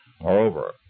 Moreover